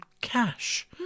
cash